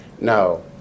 No